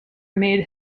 made